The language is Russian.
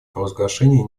провозглашение